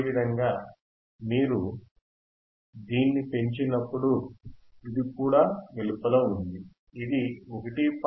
అదే విధంగా మీరు దీన్ని పెంచినప్పుడు ఇది కూడా వెలుపల ఉంది ఇది 1